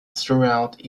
throughout